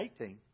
18